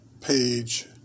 page